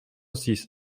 six